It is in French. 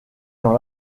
dans